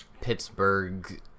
Pittsburgh